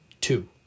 Two